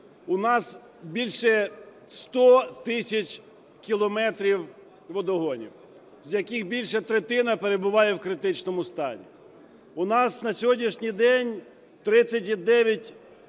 у нас більше 100 тисяч кілометрів водогонів, з яких більше третини перебуває в критичному стані. У нас на сьогоднішній день 30,9 тисяч кілометрів